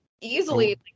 easily